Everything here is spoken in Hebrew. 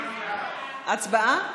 הצבעה?